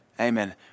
Amen